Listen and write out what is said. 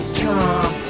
charm